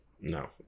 No